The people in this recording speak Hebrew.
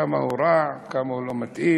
כמה הוא רע, כמה הוא לא מתאים.